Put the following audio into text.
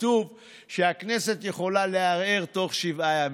כתוב שהכנסת יכולה לערער תוך שבעה ימים.